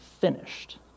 finished